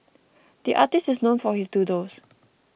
the artist is known for his doodles